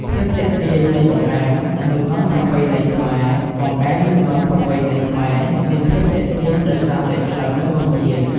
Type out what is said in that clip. ភាពទាក់ទាញនៃបង្អែម និងនំប្រពៃណីខ្មែរ៖បង្អែម និងនំប្រពៃណីខ្មែរមានភាពទាក់ទាញដោយសារតែក្លិន និងរសជាតិ។